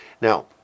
Now